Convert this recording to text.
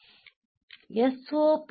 ನಾವು ಇನ್ನೂ ಮುಂದೆ ಹೋದರೆ